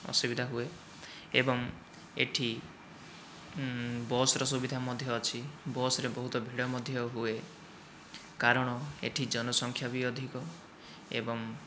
ଅସୁବିଧା ହୁଏ ଏବଂ ଏଠି ବସ୍ର ସୁବିଧା ମଧ୍ୟ ଅଛି ବସ୍ରେ ବହୁତ ଭିଡ଼ ମଧ୍ୟ ହୁଏ କାରଣ ଏଠି ଜନସଂଖ୍ୟା ବି ଅଧିକ ଏବଂ